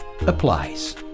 applies